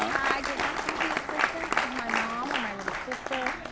i did not have the assistance of my mom or my little sister,